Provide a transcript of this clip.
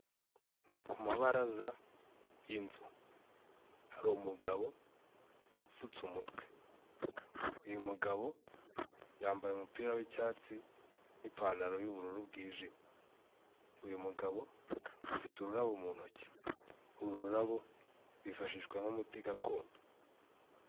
Ni ku mabaraza, y'inzu. Hari umugabo upfutse umutwe. Uyu mugabo yambaye umupira w'icyatsi, n'ipantaro y'ubururu bwijimye. Uyu mugabo afite ururabo mu ntoki. Uru rurabo, rwifashishwa nk'umuti gakondo.